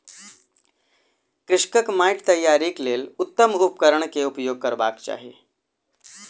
कृषकक माइट तैयारीक लेल उत्तम उपकरण केउपयोग करबाक चाही